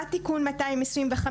בא תיקון 225,